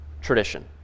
tradition